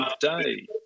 today